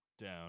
Down